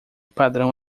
padrão